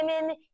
women